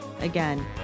Again